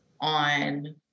on